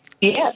Yes